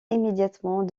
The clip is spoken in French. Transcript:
immédiatement